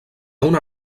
una